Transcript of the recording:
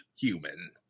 human